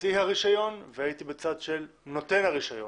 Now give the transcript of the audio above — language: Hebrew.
מוציא הרישיון והייתי בצד של נותן הרישיון.